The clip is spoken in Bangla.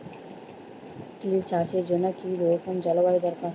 তিল চাষের জন্য কি রকম জলবায়ু দরকার?